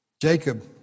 Jacob